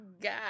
God